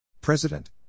President